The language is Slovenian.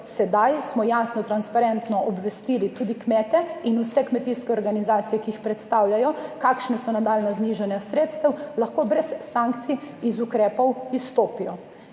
sedaj smo jasno, transparentno obvestili tudi kmete in vse kmetijske organizacije, ki jih predstavljajo, kakšna so nadaljnja znižanja sredstev in lahko brez sankcij iz ukrepov izstopijo.